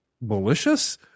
malicious